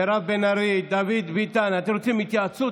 מירב בן ארי, דוד ביטן, אתם רוצים התייעצות?